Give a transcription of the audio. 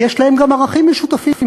יש להם גם ערכים משותפים.